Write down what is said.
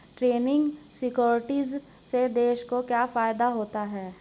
Trading securities से देश को क्या फायदा होता है?